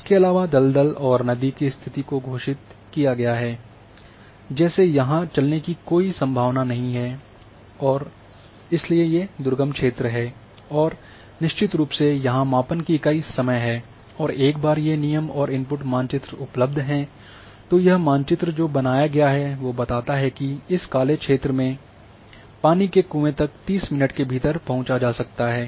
इसके अलावा दलदल और नदी की स्तिथि को घोषित किया गया है जैसे यहाँ चलने की कोई सम्भावना नहीं है इसलिए ये दुर्गम क्षेत्र हैं और निश्चित रूप से यहाँ मापन की इकाई समय है और एक बार ये नियम और इनपुट मानचित्र उपलब्ध हैं तो यह मानचित्र जो बनाया गया है वो बताता है कि इस काले क्षेत्र में पानी के कुएँ तक 30 मिनट के भीतर पहुँचा जा सकता है